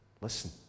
listen